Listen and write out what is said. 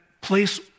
place